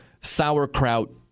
sauerkraut